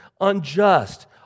unjust